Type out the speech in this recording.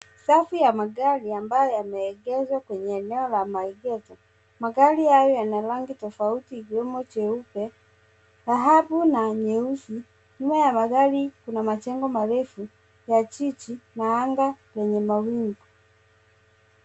Safu ya magari ambayo yameegeshwa kwenye eneo la maegesho. Magari hayo yana rangi tofauti ikiwemo jeupe, dhahabu na nyeusi. Nyuma ya magari kuna majengo marefu ya jiji na anga yenye mawingu.